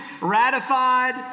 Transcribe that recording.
ratified